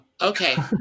okay